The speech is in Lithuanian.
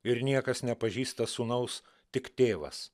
ir niekas nepažįsta sūnaus tik tėvas